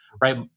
right